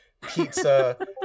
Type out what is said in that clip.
pizza